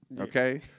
Okay